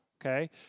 okay